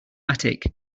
attic